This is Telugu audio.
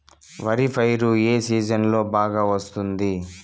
వరి పైరు ఏ సీజన్లలో బాగా వస్తుంది